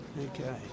Okay